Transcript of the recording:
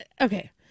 okay